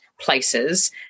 places